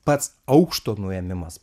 pats aukšto nuėmimas